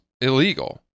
illegal